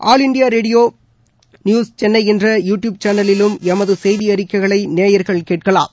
all India Radio News Chennai என்ற YouTube சேனலிலும் எமது செய்தி அறிக்கைகளை நேயர்கள் கேட்கலாம்